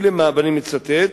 ואני מצטט,